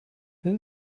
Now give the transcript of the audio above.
who